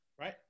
right